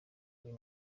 uyu